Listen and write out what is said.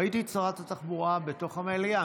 ראיתי את שרת התחבורה בתוך המליאה.